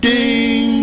Ding